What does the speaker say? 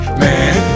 man